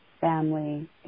family